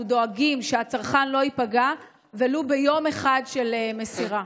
דואגים שהצרכן לא ייפגע ולו ביום אחד של מסירה?